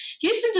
Houston